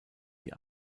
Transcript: die